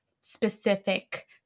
specific